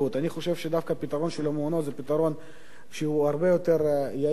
אני חושב שדווקא הפתרון של המעונות הוא פתרון הרבה יותר יעיל